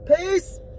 peace